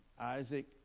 Isaac